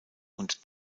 und